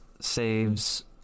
saves